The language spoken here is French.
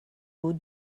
eaux